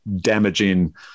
damaging